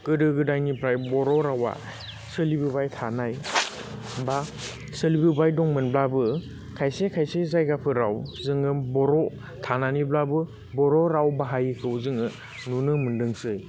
गोदो गोदायनिफ्राय बर' रावा सोलिबोबाय थानाय बा सोलिबोबाय दंमोनब्लाबो खायसे खायसे जायगाफोराव जोङो बर' थानानैब्लाबो बर' राव बाहायैखौ जोङो नुनो मोनदोंसै